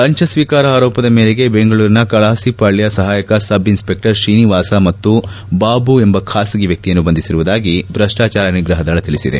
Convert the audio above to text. ಲಂಚ ಸ್ವೀಕಾರ ಆರೋಪದ ಮೇರೆಗೆ ಬೆಂಗಳೂರಿನ ಕಲಾಸಿಪಾಳ್ನ ಸಹಾಯಕ ಸಬ್ ಇನ್ಸ್ಪೆಕ್ಸರ್ ತ್ರೀನಿವಾಸ ಹಾಗೂ ಬಾಬು ಎಂಬ ಖಾಸಗಿ ವ್ಯಕ್ತಿಯನ್ನು ಬಂಧಿಸಿರುವುದಾಗಿ ಭ್ರಷ್ಸಾಚಾರ ನಿಗ್ರಹ ದಳ ತಿಳಿಸಿದೆ